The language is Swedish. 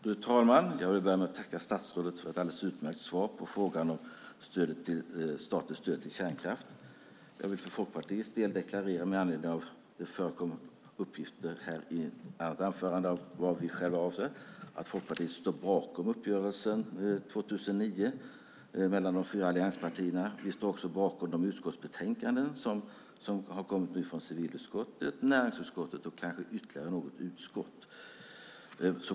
Fru talman! Jag vill börja med att tacka statsrådet för ett utmärkt svar på frågan om statligt stöd till ny kärnkraft. Jag vill för Folkpartiets del deklarera, med anledning av att det förekom uppgifter i ett tidigare anförande, att Folkpartiet står bakom uppgörelsen 2009 mellan de fyra allianspartierna. Vi står också bakom de utskottsbetänkanden som har kommit från civilutskottet, näringsutskottet och kanske ytterligare något utskott.